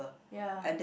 ya